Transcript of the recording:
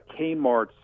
Kmart